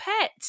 pet